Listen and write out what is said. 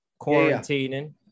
quarantining